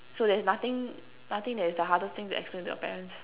so there's nothing nothing that is the hardest thing to explain to your parents